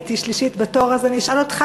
הייתי שלישית בתור, אז אשאל אותך,